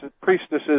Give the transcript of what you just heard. priestesses